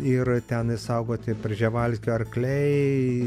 ir ten išsaugoti prževalskio arkliai